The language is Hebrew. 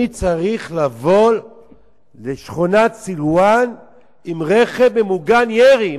אני צריך לבוא לשכונת סילואן עם רכב ממוגן-ירי?